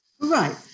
Right